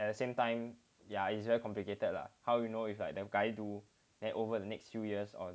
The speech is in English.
at the same time ya it's very complicated lah how you know it's like damn guy do then over the next few years or